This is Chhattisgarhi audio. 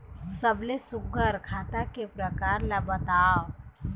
सबले सुघ्घर खाता के प्रकार ला बताव?